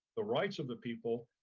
the rights of the people.